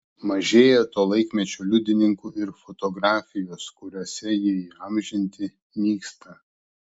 mažėja to laikmečio liudininkų ir fotografijos kuriuose jie įamžinti nyksta